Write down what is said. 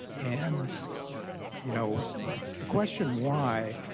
and you know the question why